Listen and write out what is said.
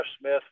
Smith